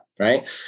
right